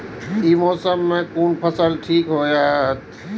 ई मौसम में कोन फसल ठीक होते?